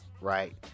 right